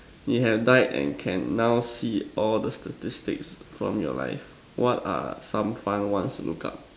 you have died and can now see all the statistics from your life what are some fun ones to look up